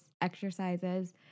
exercises